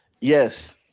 yes